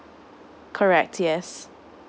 correct yes